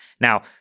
Now